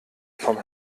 vom